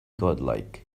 godlike